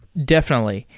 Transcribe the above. definitely.